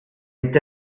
est